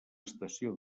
estació